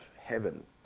heaven